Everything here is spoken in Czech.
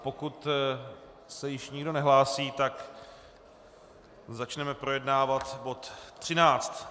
Pokud se již nikdo nehlásí, tak začneme projednávat bod 13.